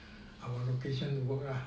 the location to work ah